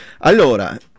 Allora